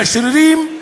מאשררים,